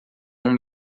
uma